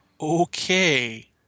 Okay